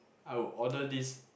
I would order this